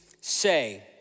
Say